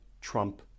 Trump